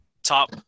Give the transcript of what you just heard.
top